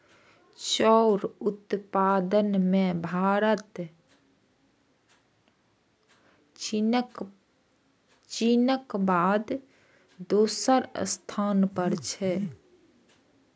चाउर उत्पादन मे भारत चीनक बाद दोसर स्थान पर छै